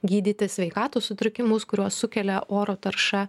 gydyti sveikatos sutrikimus kuriuos sukelia oro tarša